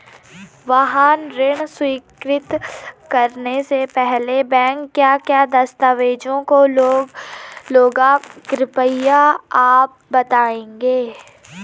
वाहन ऋण स्वीकृति करने से पहले बैंक क्या क्या दस्तावेज़ों को लेगा कृपया आप बताएँगे?